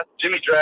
Jimmy